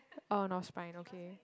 oh north spine okay